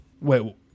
Wait